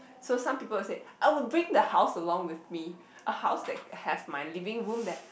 so some people would say I would bring the house along with me a house that have my living room that